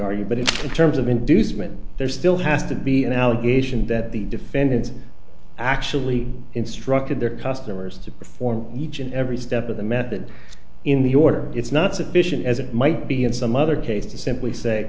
you but it's in terms of inducement there still has to be an allegation that the defendants actually instructed their customers to perform each and every step of the method in the order it's not sufficient as it might be in some other case to simply say